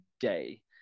day